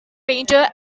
painter